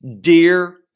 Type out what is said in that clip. dear